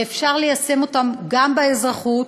ואפשר ליישם אותם גם באזרחות.